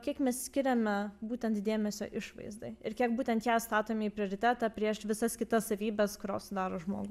kiek mes skiriame būtent dėmesio išvaizdai ir būtent ją statom į prioritetą prieš visas kitas savybes kurios sudaro žmogų